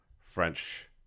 French